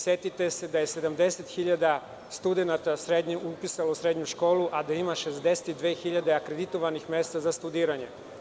Setite se da je 70.000 studenata upisano u srednju školu, a da ima 62.000 akreditovanih mesta za studiranje.